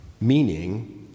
meaning